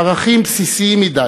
ערכים בסיסיים מדי,